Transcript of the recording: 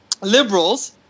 Liberals